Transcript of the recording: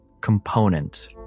component